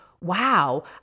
Wow